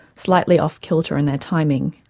slightly off-kilter in their timing.